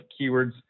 keywords